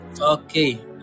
Okay